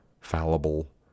fallible